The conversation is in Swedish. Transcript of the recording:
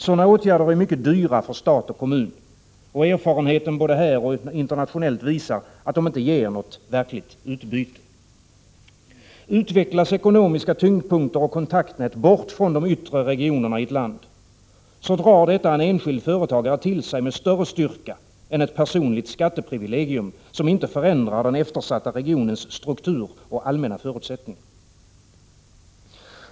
Sådana åtgärder är mycket dyra för stat och kommun, och erfarenheterna både här och internationellt visar att de inte ger något verkligt utbyte. Utvecklas ekonomiska tyngdpunkter och kontaktnät bort från de yttre regionerna i landet, drar detta en enskild företagare till sig med större styrka än ett personligt skatteprivilegium, som inte förändrar den eftersatta regionens struktur och allmänna förutsättningar.